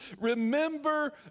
Remember